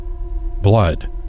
blood